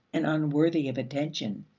and unworthy of attention.